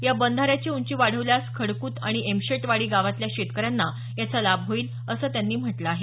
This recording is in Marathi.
या बंधाऱ्याची उंची वाढवल्यास खडक्त आणि एमशेटवाडी गावातल्या शेतकऱ्यांना याचा लाभ होईल असं त्यांनी म्हटलं आहे